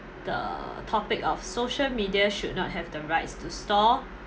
the topic of social media should not have the rights to store